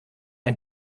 ein